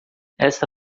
esta